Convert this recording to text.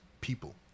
people